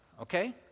Okay